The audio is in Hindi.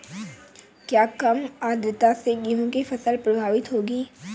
क्या कम आर्द्रता से गेहूँ की फसल प्रभावित होगी?